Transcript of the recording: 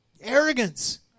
arrogance